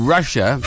Russia